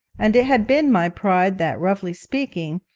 and it had been my pride that, roughly speaking,